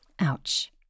Ouch